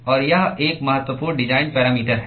और यह एक महत्वपूर्ण डिजाइन पैरामीटर है